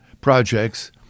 projects